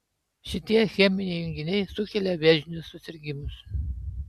šitie cheminiai junginiai sukelia vėžinius susirgimus